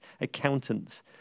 accountants